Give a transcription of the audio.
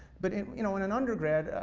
but in you know in an undergrad,